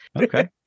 okay